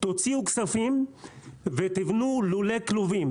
תוציאו כספים ותבנו לולי כלובים.